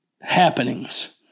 happenings